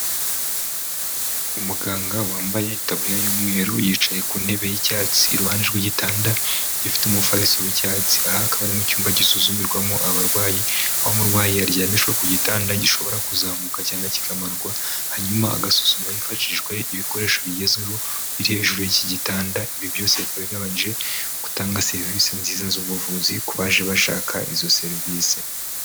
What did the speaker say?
Umuganga wambaye itaburiya y'umweru yicaye ku ntebe y'icyatsi iruhande rw'igitanda gifite umufariso w’icyatsi aha akaba ari mu cyumba gisuzumirwamo abarwayi aho umurwayi aryamishwa ku gitanda gishobora kuzamuka cyangwa kikamanurwa hanyuma agasuzumwa hifashishijwe ibikoresho bigezweho biri hejuru y'iki gitanda ibi byose bikaba bigamije gutanga serivisi nziza z'ubuvuzi ku baje bashaka izo serivisi.